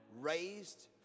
raised